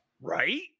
Right